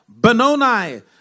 Benoni